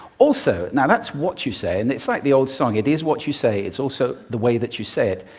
also, now that's what you say, and it's like the old song, it is what you say, it's also the way that you say it.